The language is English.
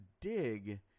dig